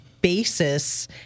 basis